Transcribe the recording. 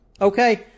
Okay